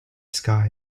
sky